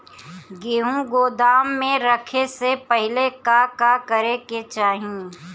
गेहु गोदाम मे रखे से पहिले का का करे के चाही?